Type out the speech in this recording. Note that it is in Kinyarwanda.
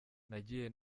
nagiye